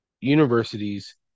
universities